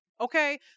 okay